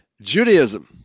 Judaism